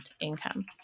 income